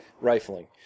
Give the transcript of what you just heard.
rifling